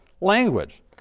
language